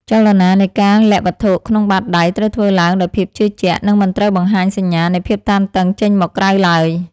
ចលនានៃការលាក់វត្ថុក្នុងបាតដៃត្រូវធ្វើឡើងដោយភាពជឿជាក់ និង មិនត្រូវបង្ហាញសញ្ញានៃភាពតានតឹងចេញមកក្រៅឡើយ។